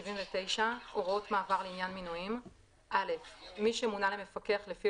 79.הוראות מעבר לעניין מינויים מי שמונה למפקח לפי